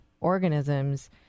organisms